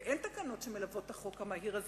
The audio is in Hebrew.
זה ידוע וברור,